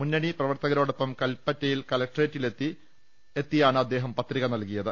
മുന്നണി പ്രവർത്തകരോടൊപ്പം കൽപ്പറ്റ കല ക്ട്രേറ്റിൽ എത്തിയാണ് അദ്ദേഹം പത്രിക നൽകിയത്